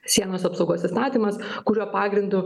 sienos apsaugos įstatymas kurio pagrindu